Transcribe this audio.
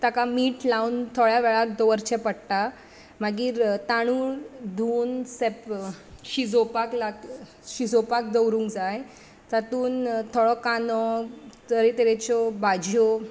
ताका मीठ लावन थोड्या वेळाक दवरचें पडटा मागीर तांदूळ धुवन सॅप शिजोवपाक लाग शिजोवपाक दवरूंक जाय तातूंत थोडो कांदो तरे तरेच्यो भाज्यो